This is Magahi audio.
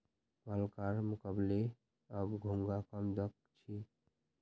पहलकार मुकबले अब घोंघा कम दख छि